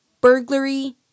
burglary